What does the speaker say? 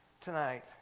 tonight